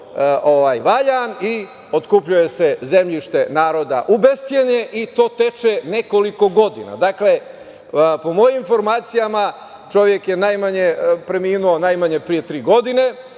valjan i otkupljuje se zemljište naroda u bescenje i to teče nekoliko godina. Dakle, po mojim informacijama, čovek je preminuo najmanje pre tri godine.